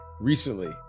recently